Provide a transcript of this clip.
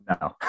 No